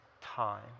time